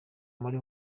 muri